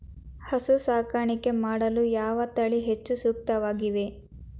ಹಸು ಸಾಕಾಣಿಕೆ ಮಾಡಲು ಯಾವ ತಳಿ ಹೆಚ್ಚು ಸೂಕ್ತವಾಗಿವೆ?